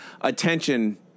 attention